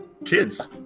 kids